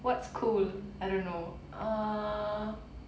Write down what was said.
what's cool I don't know err